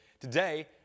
Today